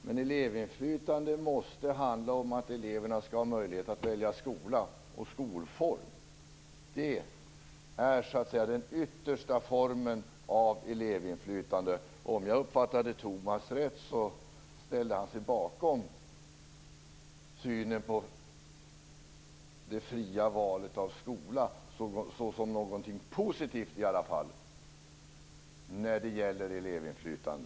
Men elevinflytande måste handla om att eleverna skall ha möjlighet att välja skola och skolform. Det är så att säga den yttersta formen av elevinflytande. Om jag uppfattade Tomas Eneroth rätt, så ställde han sig bakom synen på det fria valet av skola som något positivt i alla fall när det gäller elevinflytande.